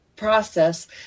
process